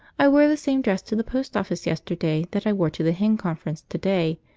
i wore the same dress to the post-office yesterday that i wore to the hen conference to day,